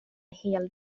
hel